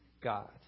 God